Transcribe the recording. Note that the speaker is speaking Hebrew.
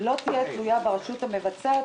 לא תהיה תלויה ברשות המבצעת.